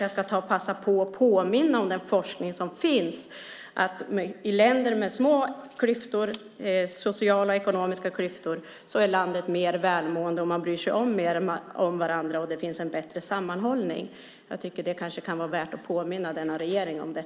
Jag passar på att påminna om den forskning som finns och som visar att länder med små sociala och ekonomiska klyftor är mer välmående, man bryr sig mer om varandra och det finns en bättre sammanhållning. Jag tycker att det kan vara värt att påminna denna regering om det.